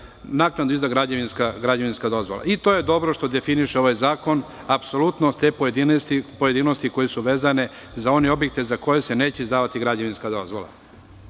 naknadno izda građevinska dozvola. To je dobro što definiše ovaj zakon, sve pojedinosti vezane za one objekte za koje se neće izdavati građevinska dozvola.U